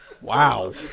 Wow